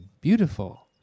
beautiful